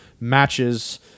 matches